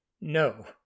no